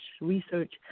research